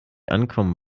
ankommen